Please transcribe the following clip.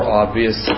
obvious